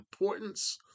importance